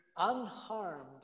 unharmed